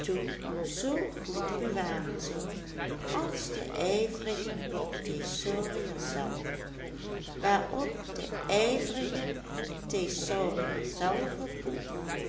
zoo goed bewaren zou als de ijverige thesaurierzelve waarop de ijverige thesaurierzelve boog